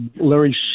Larry